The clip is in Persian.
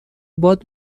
باد